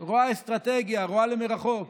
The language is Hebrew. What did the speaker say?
רואה אסטרטגיה, רואה למרחוק.